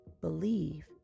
believe